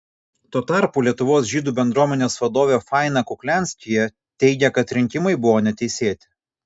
tuo tarpu lietuvos žydų bendruomenės vadovė faina kuklianskyje teigia kad rinkimai buvo neteisėti